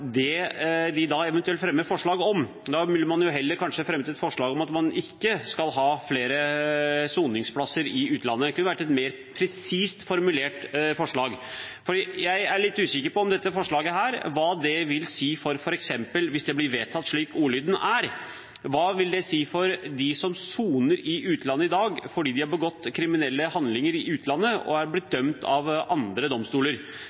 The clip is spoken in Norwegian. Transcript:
det de eventuelt fremmer forslag om. Da ville man kanskje heller fremmet et forslag om at man ikke skal ha flere soningsplasser i utlandet. Det kunne vært et mer presist formulert forslag. Jeg er litt usikker på hva dette forslaget vil si – hvis det blir vedtatt slik ordlyden er – f.eks. for dem som soner i utlandet i dag fordi de har begått kriminelle handlinger i utlandet, og er blitt dømt av andre domstoler.